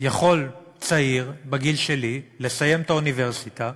יכול צעיר בגיל שלי לסיים את האוניברסיטה